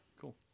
Cool